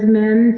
men